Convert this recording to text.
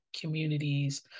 communities